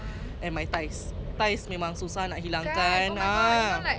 and my thighs thighs memang susah nak hilangkan ah